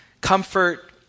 comfort